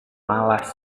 malas